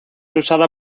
usada